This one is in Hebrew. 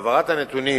העברת הנתונים